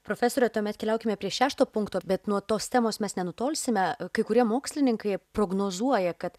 profesore tuomet keliaukime prie šešto punkto bet nuo tos temos mes nenutolsime kai kurie mokslininkai prognozuoja kad